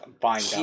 buying